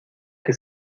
que